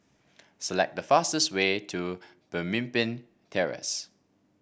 select the fastest way to Pemimpin Terrace